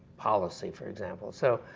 policy? for example. so